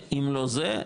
אם לא זה,